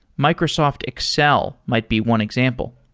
microsoft excel might be one example.